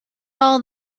all